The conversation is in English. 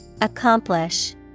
Accomplish